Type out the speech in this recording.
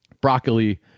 Broccoli